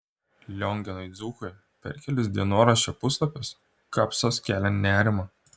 lionginui dzūkui per kelis dienoraščio puslapius kapsas kelia nerimą